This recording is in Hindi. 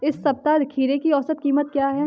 इस सप्ताह खीरे की औसत कीमत क्या है?